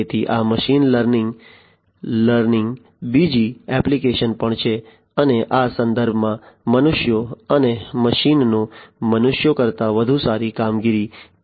તેથી આ મશીન લર્નિંગની બીજી એપ્લિકેશન પણ છે અને આ સંદર્ભોમાં મનુષ્યો અને મશીન નો મનુષ્યો કરતાં વધુ સારી કામગીરી કેવી રીતે કરી શકે છે